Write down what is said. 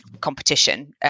competition